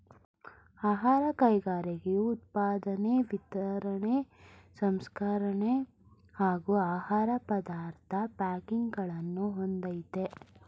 ಆಹಾರ ಕೈಗಾರಿಕೆಯು ಉತ್ಪಾದನೆ ವಿತರಣೆ ಸಂಸ್ಕರಣೆ ಹಾಗೂ ಆಹಾರ ಪದಾರ್ಥದ್ ಪ್ಯಾಕಿಂಗನ್ನು ಹೊಂದಯ್ತೆ